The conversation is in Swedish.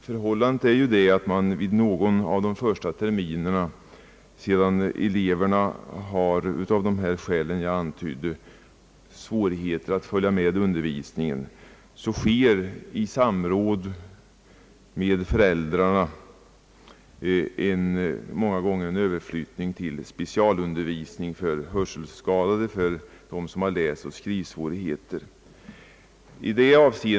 Förhållandet är i stället det att man under någon av de första terminerna sedan eleven av bl.a. de skäl jag antytt visat svårigheter att följa med i undervisningen i samråd med föräldrarna beslutar om överflyttning till specialundervisning.